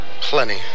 Plenty